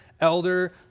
elder